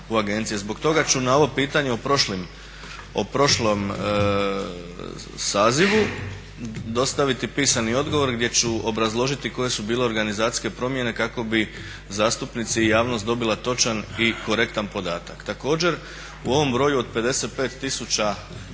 Zbog toga ću na ovo pitanje o prošlom sazivu dostaviti pisani odgovor gdje ću obrazložiti koje su bile organizacijske promjene kako bi zastupnici i javnost dobila točan i korektan podatak. Također u ovom broju od 55.000